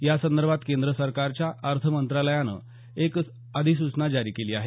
यासंदर्भात केंद्र सरकारच्या अर्थ मंत्रालयानं एक अधिसूचना जारी केली आहे